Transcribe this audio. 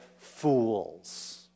fools